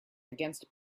against